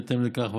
בהתאם לכך,